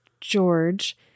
George